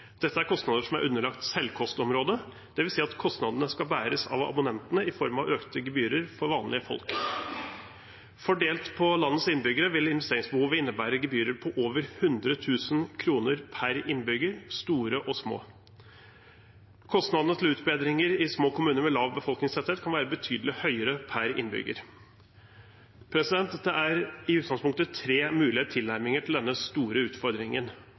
Dette er kostnader som er underlagt selvkostområdet, dvs. at kostnadene skal bæres av abonnentene i form av økte gebyrer for vanlige folk. Fordelt på landets innbyggere vil investeringsbehovet innebære gebyrer på over 100 000 kr per innbygger, store og små. Kostnadene til utbedringer i små kommuner med lav befolkningstetthet kan være betydelig høyere per innbygger. Det er i utgangspunktet tre mulige tilnærminger til denne store utfordringen.